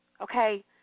okay